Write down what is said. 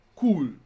cool